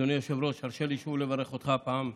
אדוני היושב-ראש, תרשה לי לברך אותך פעם נוספת.